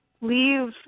leave